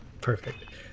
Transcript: Perfect